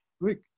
Look